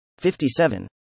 57